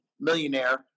millionaire